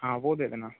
हाँ वो दे देना